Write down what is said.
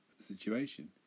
situation